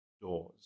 doors